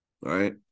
right